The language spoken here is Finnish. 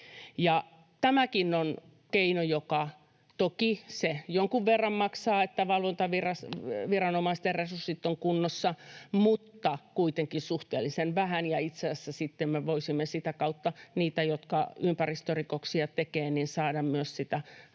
Tämäkin on keino, joka toki jonkun verran maksaa, että valvontaviranomaisten resurssit ovat kunnossa, mutta kuitenkin suhteellisen vähän, ja itse asiassa sitten me voisimme niiltä, jotka ympäristörikoksia tekevät, saada myös korvaukset valtiolle sitä